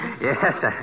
Yes